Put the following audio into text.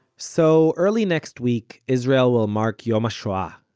so early next week israel will mark yom hashoah,